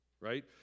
right